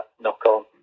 knock-on